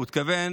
הוא התכוון